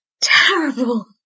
terrible